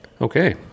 Okay